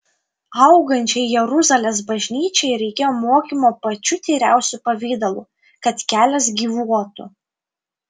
augančiai jeruzalės bažnyčiai reikėjo mokymo pačiu tyriausiu pavidalu kad kelias gyvuotų